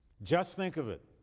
just think of it,